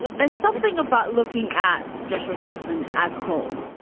this is something about looking at joshua jackson as cole.